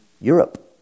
Europe